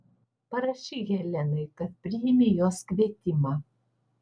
parašyk helenai kad priimi jos kvietimą